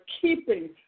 keeping